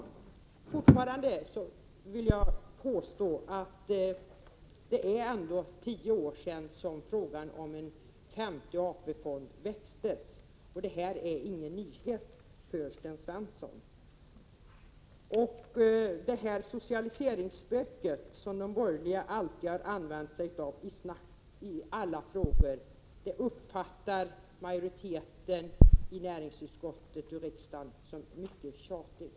Jag vill fortfarande påstå att det är tio år sedan som frågan om en femte AP-fond väcktes. Detta är inte heller någon nyhet för Sten Svensson. Varningarna för socialiseringsspöket, som de borgerliga alltid fört fram i alla frågor, uppfattar majoriteten i näringsutskottet och i riksdagen som mycket tjatiga.